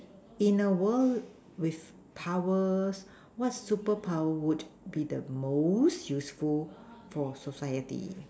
in the world with powers what super power would be the most useful for society